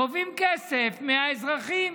גובים כסף מהאזרחים,